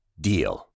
DEAL